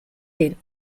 den